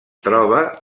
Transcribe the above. troba